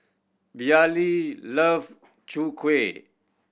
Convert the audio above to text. Vallie love Chwee Kueh